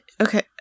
Okay